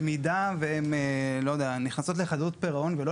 במידה והן נכנסות לחדלות פירעון ולא